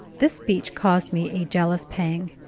this speech caused me a jealous pang.